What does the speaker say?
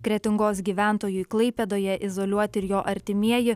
kretingos gyventojui klaipėdoje izoliuoti ir jo artimieji